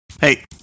Hey